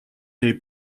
day